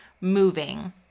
moving